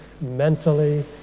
mentally